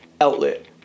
outlet